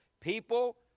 people